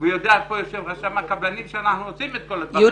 והוא יודע איפה יושב רשם הקבלנים שאנחנו עושים --- יהודה,